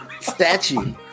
statue